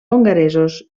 hongaresos